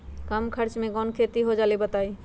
कम खर्च म कौन खेती हो जलई बताई?